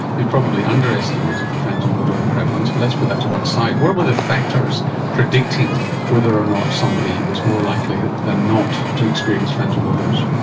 you've probably underestimated the phantom odour prevalence, but let's put that to one side. what were the factors predicting whether or not somebody was more likely than not to experience phantom odours?